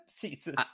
Jesus